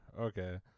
Okay